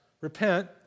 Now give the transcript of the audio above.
repent